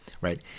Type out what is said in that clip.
Right